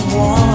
one